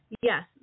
Yes